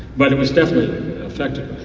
but it was definitely effective.